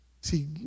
See